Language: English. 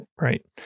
right